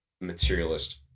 materialist